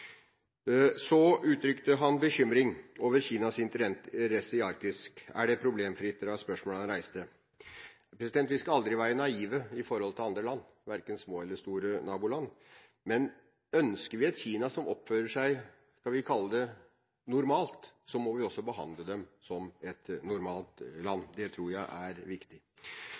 Så uttrykte han bekymring over Kinas interesse i Arktis – er det problemfritt, var spørsmålet han reiste. Vi skal aldri være naive i forhold til andre land, verken små eller store naboland, men ønsker vi et Kina som oppfører seg – skal vi kalle det – normalt, må vi også behandle det som et normalt land. Det tror jeg er viktig.